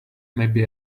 maybe